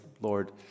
Lord